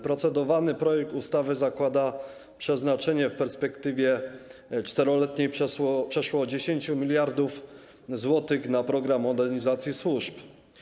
Procedowany projekt ustawy zakłada przeznaczenie w perspektywie 4-letniej przeszło 10 mld zł na program modernizacji służb.